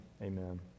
Amen